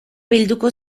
bilduko